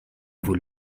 vos